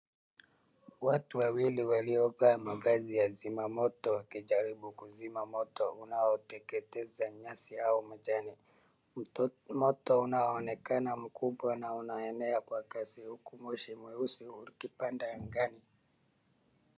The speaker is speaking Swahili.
Watu wawili waliovaa mavazi ya zimamoto wakijaribu kuzima moto unaoteketeza nyasi au majani. Moto unaonekana mkubwa na unaenea kwa kasi huku moshi mweusi ukipanda angani.